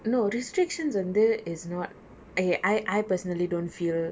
no restrictions வந்து:vanthu it's not I I I personally don't feel